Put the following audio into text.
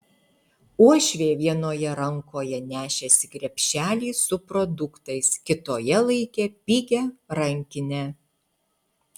uošvė vienoje rankoje nešėsi krepšelį su produktais kitoje laikė pigią rankinę